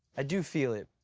i do feel it.